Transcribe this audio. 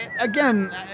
Again